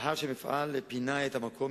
לאחר שהמפעל פינה את המקום,